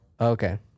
Okay